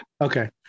Okay